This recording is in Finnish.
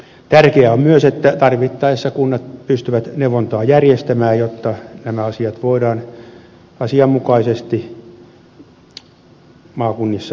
tärkeää on myös että tarvittaessa kunnat pystyvät järjestämään neuvontaa jotta nämä asiat voidaan asianmukaisesti maakunnissa hoitaa